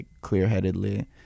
clear-headedly